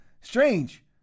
Strange